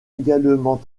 également